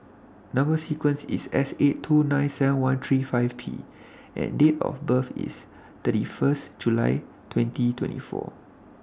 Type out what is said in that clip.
Number sequence IS S eight two nine seven one three five P and Date of birth IS thirty First July twenty twenty four